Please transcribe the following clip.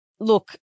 Look